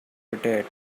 rotate